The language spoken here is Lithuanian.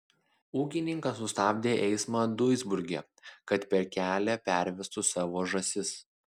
ūkininkas sustabdė eismą duisburge kad per kelia pervestų savo žąsis